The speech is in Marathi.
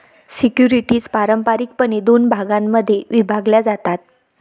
सिक्युरिटीज पारंपारिकपणे दोन भागांमध्ये विभागल्या जातात